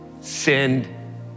send